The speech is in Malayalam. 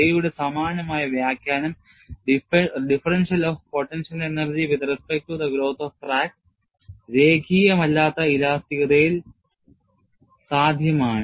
J യുടെ സമാനമായ വ്യാഖ്യാനം രേഖീയമല്ലാത്ത ഇലാസ്തികതയിൽ സാധ്യമാണ്